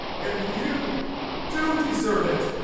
and you do deserve it!